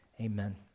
amen